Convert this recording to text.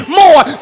more